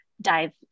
dive